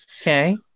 Okay